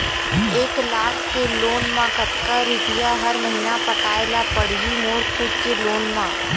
एक लाख के लोन मा कतका रुपिया हर महीना पटाय ला पढ़ही मोर खुद ले लोन मा?